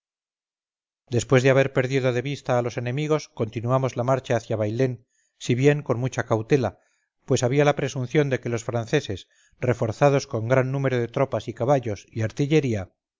después de haber perdido de vista a los enemigos continuamos la marcha hacia bailén si bien con mucha cautela pues había la presunción de que los franceses reforzados con gran número de tropas y caballos y artillería